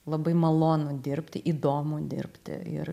labai malonu dirbti įdomu dirbti ir